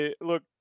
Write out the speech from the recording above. look